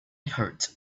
heard